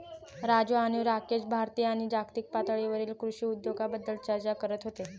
राजू आणि राकेश भारतीय आणि जागतिक पातळीवरील कृषी उद्योगाबद्दल चर्चा करत होते